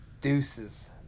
Deuces